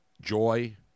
joy